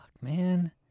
man